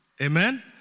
Amen